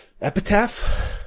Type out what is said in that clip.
epitaph